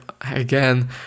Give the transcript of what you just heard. again